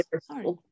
sorry